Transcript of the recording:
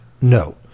No